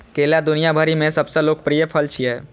केला दुनिया भरि मे सबसं लोकप्रिय फल छियै